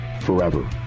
forever